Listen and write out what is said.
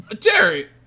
Jerry